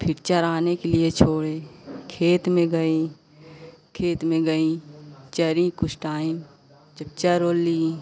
फिर चराने के लिए छोड़े खेत में गई खेत में गई चरी कुछ टाइम जब चर उर लीं